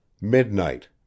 Midnight